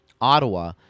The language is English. Ottawa